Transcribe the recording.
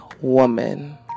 woman